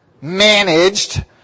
managed